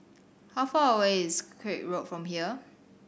how far away is Craig Road from here